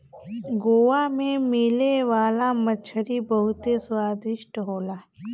गोवा में मिले वाला मछरी बहुते स्वादिष्ट होला